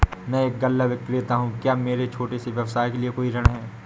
मैं एक गल्ला विक्रेता हूँ क्या मेरे छोटे से व्यवसाय के लिए कोई ऋण है?